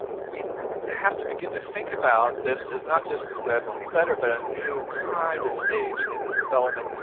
we have to begin to think about this as not just the web, only better, but a new kind of stage in this development.